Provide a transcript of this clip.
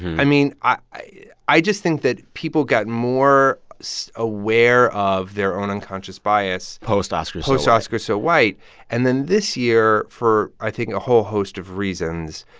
i mean, i i just think that people got more so aware of their own unconscious bias post oscarssowhite post oscarssowhite. and then this year, for, i think, a whole host of reasons,